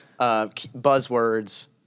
buzzwords